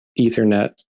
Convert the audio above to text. Ethernet